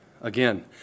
Again